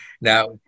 Now